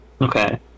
Okay